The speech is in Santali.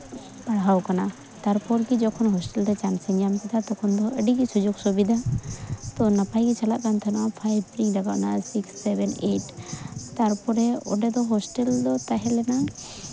ᱯᱟᱲᱦᱟᱣ ᱠᱟᱱᱟ ᱛᱟᱨᱯᱚᱨ ᱜᱮ ᱡᱚᱠᱷᱚᱱ ᱦᱳᱥᱴᱮᱞ ᱨᱮ ᱪᱟᱱᱥ ᱤᱧ ᱧᱟᱢ ᱠᱮᱫᱟ ᱛᱚᱠᱷᱚᱱ ᱫᱚ ᱟᱹᱰᱤᱜᱮ ᱥᱩᱡᱳᱜᱽ ᱥᱩᱵᱤᱫᱷᱟ ᱛᱳ ᱱᱟᱯᱟᱭᱜᱮ ᱪᱟᱞᱟᱜ ᱠᱟᱱ ᱛᱟᱦᱮᱱᱟ ᱯᱷᱟᱭᱤᱵᱷᱨᱤᱧ ᱨᱟᱠᱟᱵ ᱮᱱᱟ ᱥᱤᱠᱥ ᱥᱮᱵᱷᱮᱱ ᱮᱭᱤᱴ ᱛᱟᱨᱯᱚᱨᱮ ᱚᱸᱰᱮ ᱫᱚ ᱦᱳᱥᱴᱮᱞ ᱫᱚ ᱛᱟᱦᱮᱸ ᱞᱮᱱᱟ